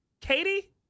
Katie